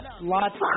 Lots